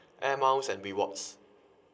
air miles and rewards